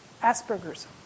Asperger's